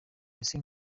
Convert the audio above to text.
ese